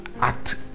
act